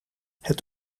het